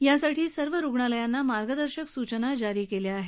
यासाठी सर्व रुग्णालयाना मार्गदर्शक सूचना जारी केल्या आहेत